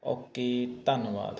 okay ਧੰਨਵਾਦ